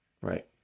Right